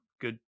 Good